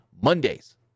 Mondays